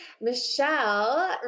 Michelle